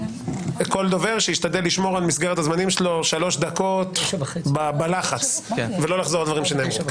כל דובר שישתדל לשמור על מסגרת הזמנים שלו ולא לחזור על דברים שנאמרו.